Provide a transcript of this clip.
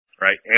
right